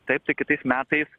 taip tai kitais metais